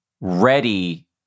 ready